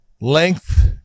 Length